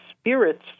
spirits